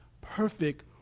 perfect